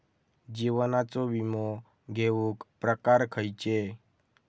जीवनाचो विमो घेऊक प्रकार खैचे?